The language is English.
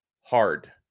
hard